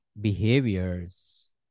behaviors